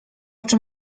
czym